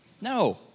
No